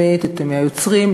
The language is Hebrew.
מהיוצרים,